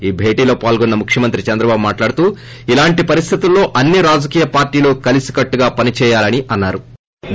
ఈ భేటీలో పాల్గొన్న ముఖ్యమంత్రి చంద్రబాబు మాట్లాడుతూ ఇలాంటి పరిస్లేతుల్లో అన్ని రాజకీయ పార్టీలు కలసికట్టుగా పనిచేయాలని అన్నారు